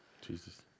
Jesus